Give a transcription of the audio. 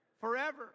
Forever